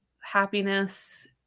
happiness